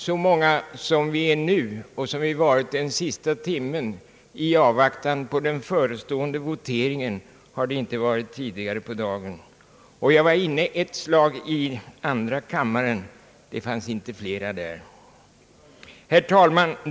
Så många som vi är nu här i kammaren och som vi varit under den senaste timmen i avvaktan på den förestående voteringen har vi inte varit tidigare. Jag var inne ett slag i andra kammaren och konstaterade att det inte fanns flera närvarande där. Herr talman!